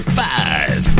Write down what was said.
five